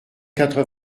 quatre